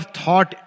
thought